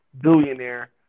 billionaire